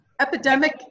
epidemic